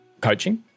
coaching